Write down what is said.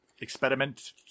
Experiment